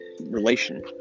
relation